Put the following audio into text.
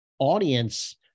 Audience